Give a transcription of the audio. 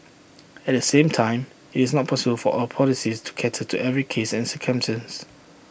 at the same time IT is not possible for our policies to cater to every cases